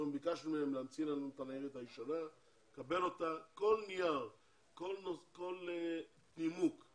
בהחלט מגיע גם להם להקצות שידורים ותוך כדי זמן לבחון איך זה